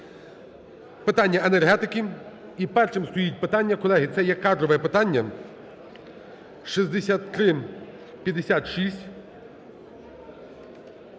"питання енергетики", і першим стоїть питання – колеги, це є кадрове питання – 6356.